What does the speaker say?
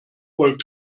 voll